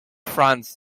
franz